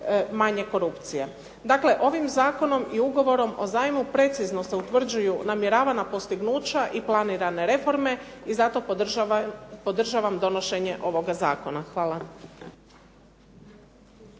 manje korupcije. Dakle, ovim zakonom i ugovorom o zajmu precizno se utvrđuju namjeravana postignuća i planirane reforme i zato podržavam donošenje ovoga zakona. Hvala.